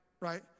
right